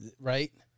right